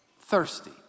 thirsty